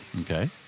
Okay